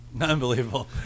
Unbelievable